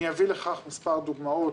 אני אביא לכך מספר דוגמאות.